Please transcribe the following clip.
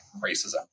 racism